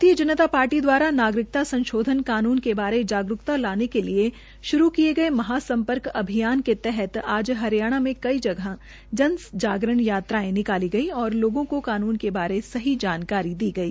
भारतीय जनता पार्टी द्वारा नागरिकता संशोधन कानून के बारे जागरूकता लाने के लिए शुरू किये गये महा सम्पर्क अभियान का तहत आज हरियाणा मे कई जगह जन जागरण यात्रायें निकाली गई और लोगों को कानून के बारे सही जानकारी दी गई